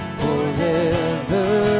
forever